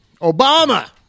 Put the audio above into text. Obama